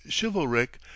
chivalric